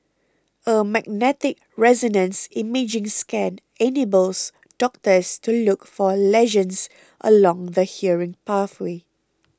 a magnetic resonance imaging scan enables doctors to look for lesions along the hearing pathway